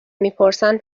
میپرسن